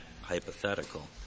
hypothetical